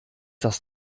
das